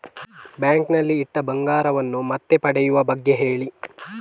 bank ನಲ್ಲಿ ಇಟ್ಟ ಬಂಗಾರವನ್ನು ಮತ್ತೆ ಪಡೆಯುವ ಬಗ್ಗೆ ಹೇಳಿ